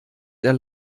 der